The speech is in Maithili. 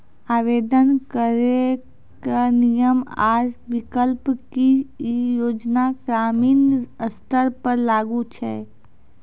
आवेदन करैक नियम आ विकल्प? की ई योजना ग्रामीण स्तर पर लागू छै?